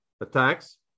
attacks